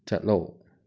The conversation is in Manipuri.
ꯆꯠꯂꯣ